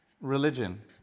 religion